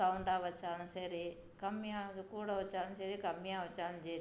சவுண்டாக வச்சாலும் சரி கம்மியாக கூட வச்சாலும் சரி கம்மியா வச்சாலும் சேரி